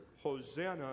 Hosanna